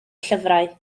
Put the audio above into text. llyfrau